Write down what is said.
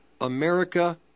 America